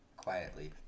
quietly